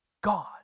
God